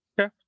Okay